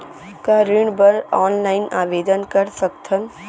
का ऋण बर ऑनलाइन आवेदन कर सकथन?